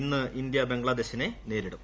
ഇന്ന് ഇന്ത്യ ബംഗ്ലാദേശിനെ നേരിടും